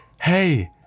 Hey